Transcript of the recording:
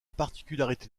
particularité